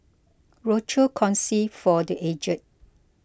Rochor Kongsi for the Aged